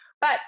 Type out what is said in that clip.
but-